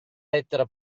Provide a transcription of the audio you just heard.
lettera